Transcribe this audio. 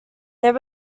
their